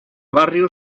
barrio